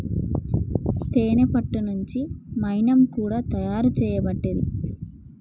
తేనే పట్టు నుండి మైనం కూడా తయారు చేయబట్టిరి